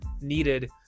needed